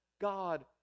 God